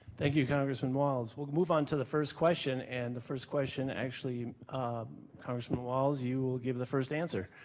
thank you congressman walz. we'll move on to the first question. and the first question actually ah congressman walz, you will give the first answer.